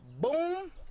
Boom